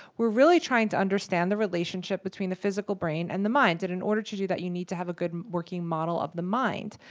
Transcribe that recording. we're really trying to understand the relationship between the physical brain and the mind, and in order to do that you need to have a good working model of the mind.